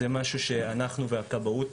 דבר שאנחנו והכבאות